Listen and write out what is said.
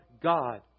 God